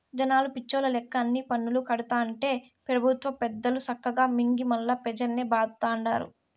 జనాలు పిచ్చోల్ల లెక్క అన్ని పన్నులూ కడతాంటే పెబుత్వ పెద్దలు సక్కగా మింగి మల్లా పెజల్నే బాధతండారు